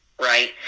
right